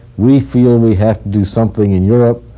we feel we have to do something in europe.